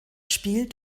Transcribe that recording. spiel